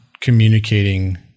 communicating